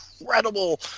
incredible